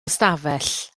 ystafell